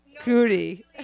Cootie